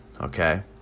okay